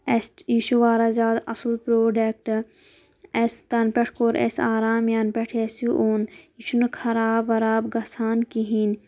اَسہِ یہِ چھُ واریاہ زیادٕ اصٕل پرٛوڈٮ۪کٹ اَسہِ تَنہٕ پٮ۪ٹھ کوٚر اَسہِ آرام یَنہٕ پٮ۪ٹھ یہِ اَسہِ اوٚن یہِ چھُنہٕ خراب وراب گَژھان کِہیٖنۍ